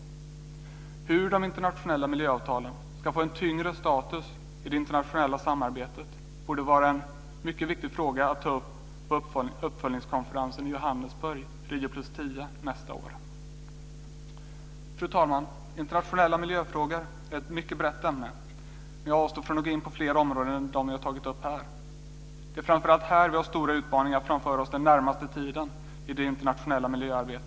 Hur de internationella miljöavtalen ska få en tyngre status i det internationella samarbetet borde vara en mycket viktig fråga att ta upp vid uppföljningskonferensen i Fru talman! Internationella miljöfrågor är ett mycket brett ämne, men jag avstår från att gå in på fler områden än dem jag har tagit upp här. Det är framför allt här vi har stora utmaningar framför oss den närmaste tiden i det internationella miljöarbetet.